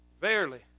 verily